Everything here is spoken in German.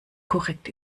korrekt